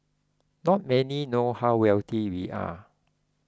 not many know how wealthy we are